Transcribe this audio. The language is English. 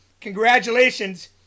Congratulations